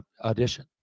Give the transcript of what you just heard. audition